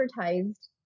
advertised